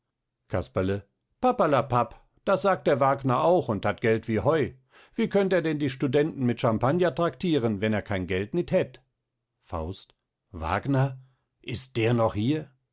casperle paperlapap das sagt der wagner auch und hat geld wie heu wie könnt er denn die studenten mit champagner tractieren wenn er kein geld nit hätt faust wagner ist der noch hier